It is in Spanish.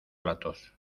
platos